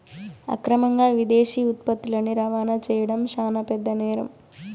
అక్రమంగా విదేశీ ఉత్పత్తులని రవాణా చేయడం శాన పెద్ద నేరం